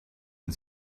and